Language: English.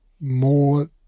more